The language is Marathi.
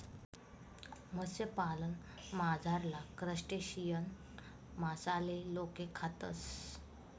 मत्स्यपालनमझारला क्रस्टेशियन मासाले लोके खातस